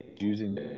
using